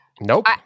Nope